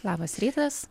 labas rytas